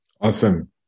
Awesome